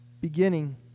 beginning